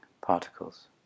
particles